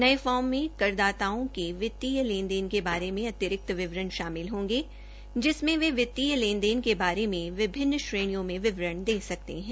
नये फार्म में करदाताओं के वित्तीय लेन देन के बारे में अतिरिक्त विवरण शामिल होंगे जिसमें वे वित्तीय लेन देन के बारे में विभिन्न श्रेणियों में विवरा दे सकते हैं